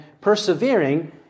persevering